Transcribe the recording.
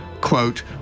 quote